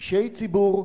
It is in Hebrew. אישי ציבור,